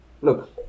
look